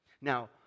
Now